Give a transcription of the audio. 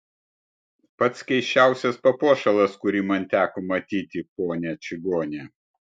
pats keisčiausias papuošalas kurį man teko matyti ponia čigone